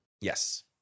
Yes